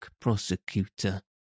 prosecutor